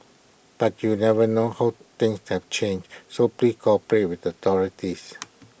but you never know how things have changed so please cooperate with the authorities